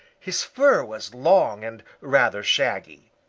his fur was long and rather shaggy.